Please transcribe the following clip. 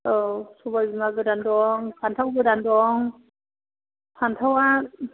औ सबायबिमा गोदान दं फान्थाव गोदान दं फान्थावआ